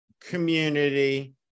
community